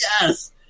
Yes